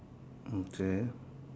okay